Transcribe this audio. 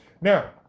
Now